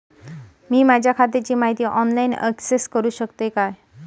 मी माझ्या खात्याची माहिती ऑनलाईन अक्सेस करूक शकतय काय?